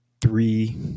three